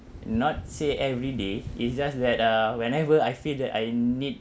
not say every day it's just that uh whenever I feel that I need